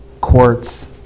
quartz